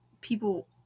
people